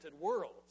world